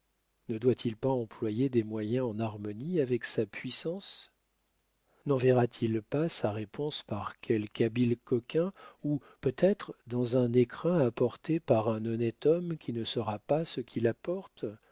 ne doit-il pas employer des moyens en harmonie avec sa puissance nenverra t il pas sa réponse par quelque habile coquin ou peut-être dans un écrin apporté par un honnête homme qui ne saura pas ce qu'il apporte